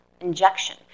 injection